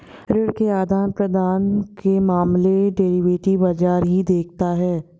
ऋण के आदान प्रदान के मामले डेरिवेटिव बाजार ही देखता है